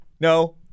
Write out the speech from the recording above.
no